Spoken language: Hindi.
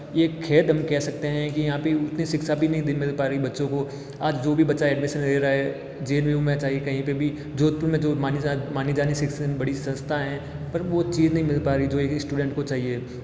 ये खेद हम कह सकते हैं की यहाँ पे उतनी शिक्षा भी नहीं मिल पा रही है बच्चों को आज जो भी बच्चा एडमिसन ले रहा है जे एन यू में चाहे कहीं पे भी जोधपुर में जो मानी मानी जानी शिक्षण बड़ी संस्था हैं पर वो चीज़ नहीं मिल पा रही है जो एक स्टूडेंट को चाहिए